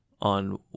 on